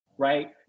Right